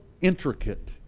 intricate